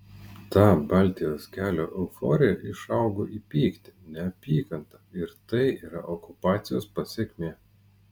ta baltijos kelio euforija išaugo į pyktį neapykantą ir tai yra okupacijos pasekmė